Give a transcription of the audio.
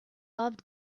loved